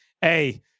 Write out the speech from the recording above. Hey